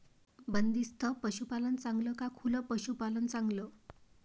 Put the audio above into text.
बंदिस्त पशूपालन चांगलं का खुलं पशूपालन चांगलं?